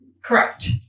Correct